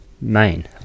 main